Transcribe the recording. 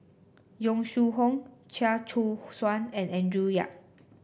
Yong Shu Hoong Chia Choo Suan and Andrew Yip